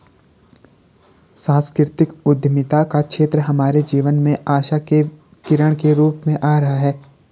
सांस्कृतिक उद्यमिता का क्षेत्र हमारे जीवन में आशा की किरण के रूप में आ रहा है